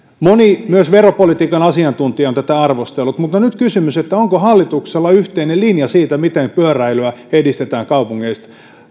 moni veropolitiikan asiantuntija on tätä arvostellut mutta nyt kysymys onko hallituksella yhteinen linja siitä miten pyöräilyä edistetään kaupungeissa